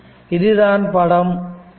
இதுதான் படம் 5